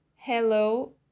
Hello